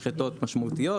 יש בו שבע משחטות משמעותיות,